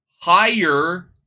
higher